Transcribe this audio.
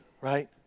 right